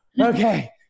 okay